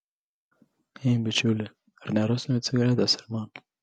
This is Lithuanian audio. ei bičiuli ar nerastumei cigaretės ir man